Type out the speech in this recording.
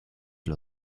los